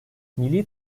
milli